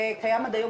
קיים עד היום,